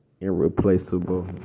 irreplaceable